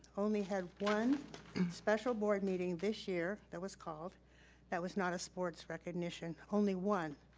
only had one special board meeting this year that was called that was not a sports recognition, only one.